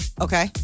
Okay